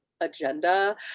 agenda